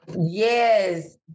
Yes